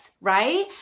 right